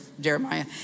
Jeremiah